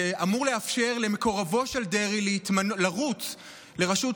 שאמור לאפשר למקורבו של דרעי לרוץ לראשות